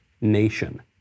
nation